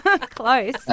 Close